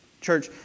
Church